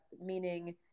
meaning